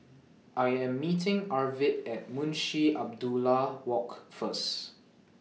I Am meeting Arvid At Munshi Abdullah Walk First